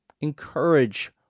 encourage